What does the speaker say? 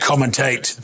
Commentate